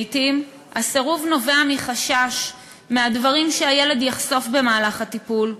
לעתים הסירוב נובע מחשש מהדברים שהילד יחשוף במהלך הטיפול,